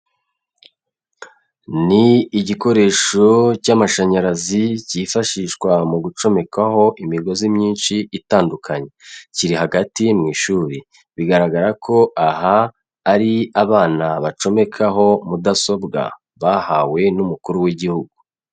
Ni igikoresho cy'amashanyarazi kifashishwa mu gucomekwaho imigozi myinshi itandukanye, kiri hagati mu ishuri, bigaragara ko aha ari abana bacomekaho mudasobwa bahawe n'umukuru w'igihugu.